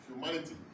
Humanity